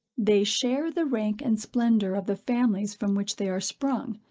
they share the rank and splendor of the families from which they are sprung,